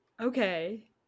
Okay